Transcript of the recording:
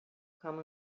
come